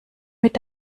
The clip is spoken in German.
mit